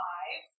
Five